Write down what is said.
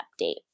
update